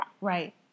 Right